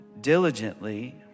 diligently